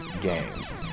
games